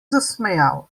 zasmejal